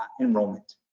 enrollment